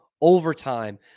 overtime